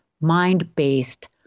mind-based